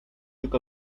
took